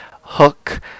Hook